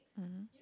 mmhmm